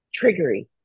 triggery